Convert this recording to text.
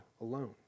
alone